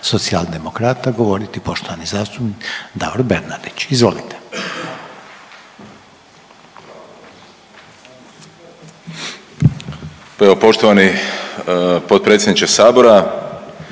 Socijaldemokrata govoriti poštovani zastupnik Davor Bernardić. Izvolite. **Bernardić, Davor